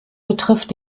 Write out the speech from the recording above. betrifft